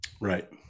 Right